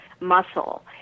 muscle